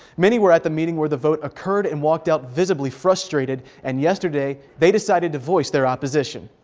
many were at the meeting where the vote occured and walked out visibly frustrated. and yesterday they decided to voice their opposition.